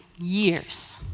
Years